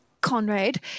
Conrad